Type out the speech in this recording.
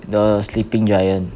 the Sleeping Giant